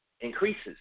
increases